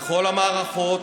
בכל המערכות,